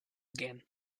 again